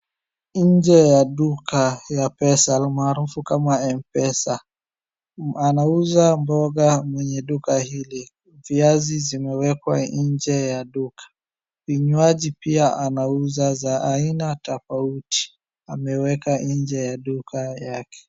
Nje ya duka ya pesa almaarufu kama M-pesa. Anauza mboga mwenye duka hili, viazi zimewekwa nje ya duka, vinywaji pia anauza za haina tofauti ameweka nje ya duka yake .